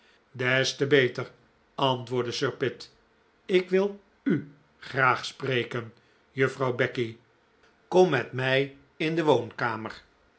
des te beter antwoordde sir pitt ik wil u graag spreken juffrouw becky kom met mij in de woonkamer